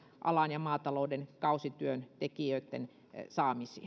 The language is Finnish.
alan ja maatalouden kausityöntekijöitten saamista